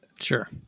Sure